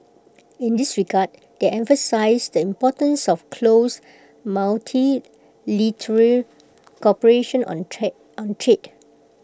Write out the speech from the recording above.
in this regard they emphasised the importance of close multilateral cooperation on trade on trade